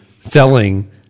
selling